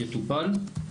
יטופל.